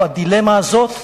נתניהו, הדילמה הזאת,